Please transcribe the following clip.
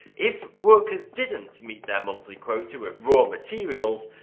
if workers didn't meet their monthly quota of raw materials,